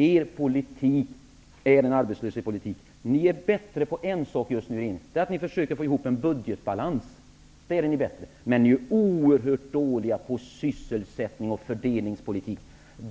Er politik är ingen arbetslöshetspolitik. Ni är bra på en sak just nu, och det är att ni försöker få en budgetbalans. Där är ni bra, men ni är oerhört dåliga på sysselsättnings och fördelningspolitik.